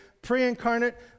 pre-incarnate